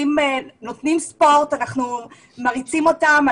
אנחנו מריצים את הילדים.